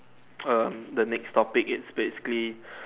um the next topic is basically